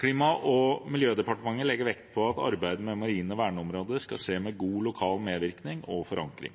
Klima- og miljødepartementet legger vekt på at arbeidet med marine verneområder skal skje med god lokal medvirkning og forankring.